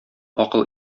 акыл